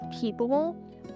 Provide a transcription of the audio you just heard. people